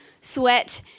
sweat